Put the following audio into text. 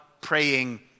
praying